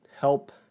help